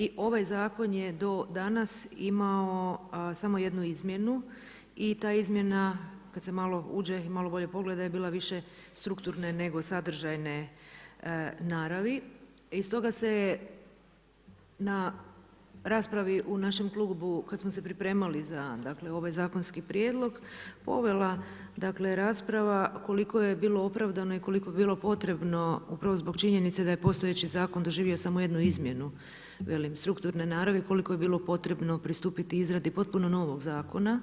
I ovaj zakon je do danas imao samo jednu izmjenu i ta izmjena kad se malo uđe i kad se malo bolje pogleda je bila više strukturne nego sadržajne naravi i stoga se na raspravi u našem Klubu, kad smo se pripremali za ovaj zakonski prijedlog povela dakle rasprava, koliko je bilo opravdano i koliko je bilo potrebno upravo zbog činjenice da je postojeći zakon doživio samo jednu izmjenu, velim strukturne naravni, koliko je bilo potrebno pristupiti izradi potpuno novog zakona